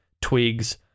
twigs